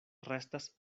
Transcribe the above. restas